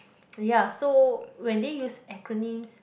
ya so when they use acronym